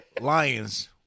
Lions